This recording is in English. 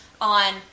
on